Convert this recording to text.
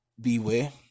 beware